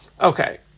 Okay